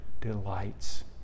delights